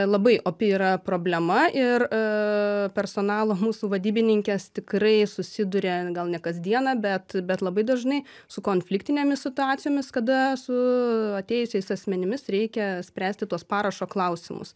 labai opi yra problema ir personalo mūsų vadybininkės tikrai susiduria gal ne kas dieną bet bet labai dažnai su konfliktinėmis situacijomis kada su atėjusiais asmenimis reikia spręsti tuos parašo klausimus